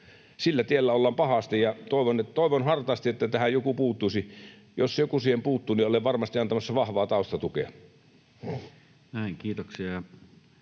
Sillä tiellä ollaan pahasti, ja toivon hartaasti, että tähän joku puuttuisi. Jos joku siihen puuttuu, niin olen varmasti antamassa vahvaa taustatukea. ===